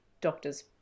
doctors